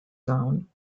zone